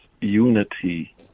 unity